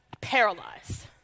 paralyzed